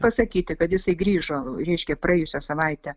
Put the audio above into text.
pasakyti kad jisai grįžo reiškia praėjusią savaitę